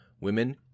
women